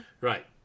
Right